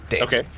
okay